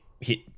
hit